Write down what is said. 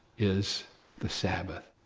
is the sabbath.